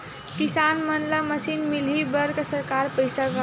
किसान मन ला मशीन मिलही बर सरकार पईसा का?